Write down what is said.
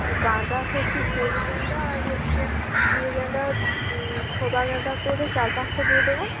আর গাঁদা হচ্ছে চেরি গ্যাঁদা আর হচ্ছে ইয়ে গ্যাঁদা থোবা গ্যাঁদা করে চার পাঁচটা দিয়ে দেবেন